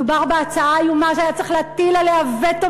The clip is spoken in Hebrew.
מדובר בהצעה איומה שהיה צריך להטיל עליה וטו